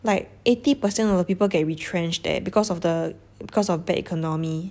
like eighty percent of people get retrenched eh because of the because of bad economy